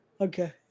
Okay